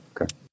okay